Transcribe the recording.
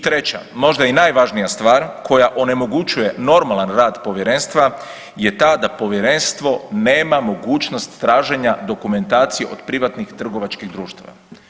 Treća, možda i najvažnija stvar, koja onemogućuje normalan rad Povjerenstva je ta da Povjerenstvo nema mogućnost traženja dokumentacije od privatnih trgovačkih društava.